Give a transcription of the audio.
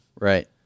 Right